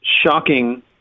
shocking